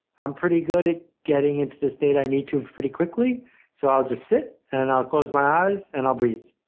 i'm pretty good at getting into the state i need to pretty quickly so i'll just sit, and i'll close my eyes, and i'll breathe.